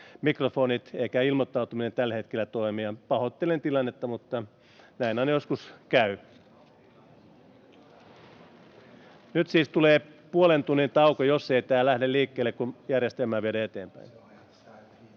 Mikrofonit ja ilmoittautuminen eivät tällä hetkellä toimi. Pahoittelen tilannetta, mutta näin aina joskus käy. Tulee siis puolen tunnin tauko, jos tämä ei lähde liikkeelle, kun järjestelmää viedään eteenpäin.